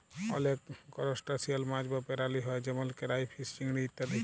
অলেক করসটাশিয়াল মাছ বা পেরালি হ্যয় যেমল কেরাইফিস, চিংড়ি ইত্যাদি